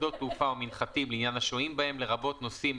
שדות תעופה ומנחתים לעניין השוהים בהם לרבות נוסעים,